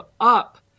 up